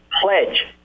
Pledge